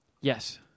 Yes